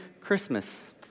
Christmas